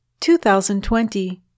2020